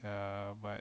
ya but